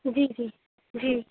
جی جی جی